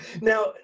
Now